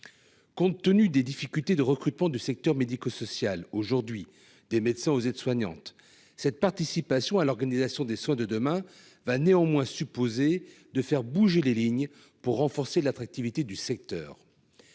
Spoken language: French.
Compte tenu des difficultés de recrutement du secteur médico-social aujourd'hui, des médecins aux aides-soignants, cette participation à l'organisation des soins de demain suppose néanmoins de faire bouger les lignes pour renforcer l'attractivité du secteur.